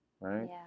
right